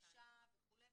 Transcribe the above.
ענישה) וכו',